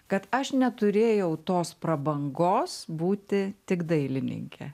kad aš neturėjau tos prabangos būti tik dailininke